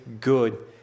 good